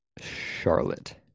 Charlotte